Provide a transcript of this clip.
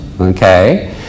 Okay